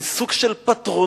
מין סוג של פטרונות,